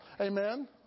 Amen